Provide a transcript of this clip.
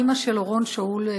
אימא של אורון שאול,